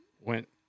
went